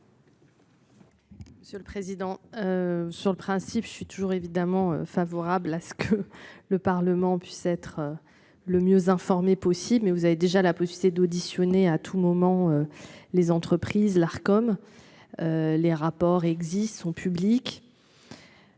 Monsieur le président. Sur le principe je suis toujours évidemment favorable à ce que le Parlement puisse être. Le mieux informé possible mais vous avez déjà la possibilité d'auditionner à tout moment les entreprises l'Arcom. Les rapports existent son public.